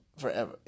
forever